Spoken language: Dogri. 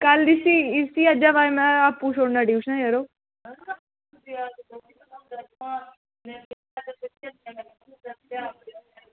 कल्ल इसी इसी अज्जै दे बाद में आपूं छुड़ना ट्यूशनै